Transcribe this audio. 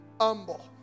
humble